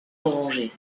orangée